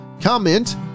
comment